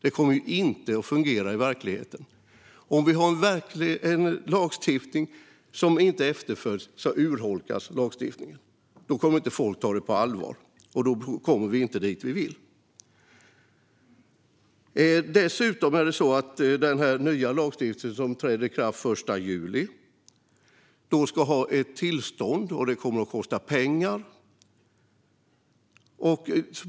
Det kommer inte att fungera i verkligheten. En lagstiftning som inte efterföljs urholkas. Då kommer folk inte att ta detta på allvar, och då kommer vi inte dit vi vill. Den här nya lagstiftningen som träder i kraft den 1 juli innebär också att handlarna ska ha ett tillstånd som kommer att kosta pengar.